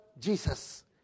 Jesus